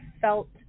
felt